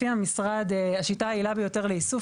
לפי המשרד השיטה היעילה ביותר לאיסוף,